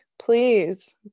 Please